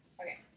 Okay